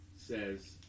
says